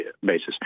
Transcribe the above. basis